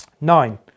Nine